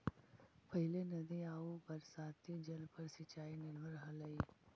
पहिले नदी आउ बरसाती जल पर सिंचाई निर्भर हलई